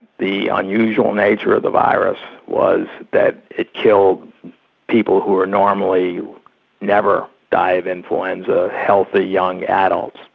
the unusual nature of the virus was that it killed people who would normally never die of influenza healthy young adults.